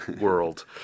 world